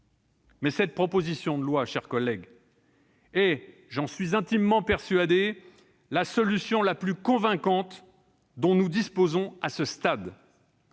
cette proposition de loi est- j'en suis intimement persuadé -la solution la plus convaincante dont nous disposons à ce stade.